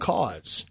Cause